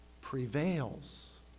prevails